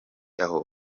aho